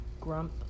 Grump